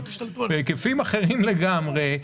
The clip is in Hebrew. בהיקפים אחרים לגמרי,